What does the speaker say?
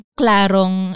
klarong